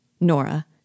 Nora